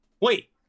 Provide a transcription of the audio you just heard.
Wait